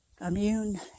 immune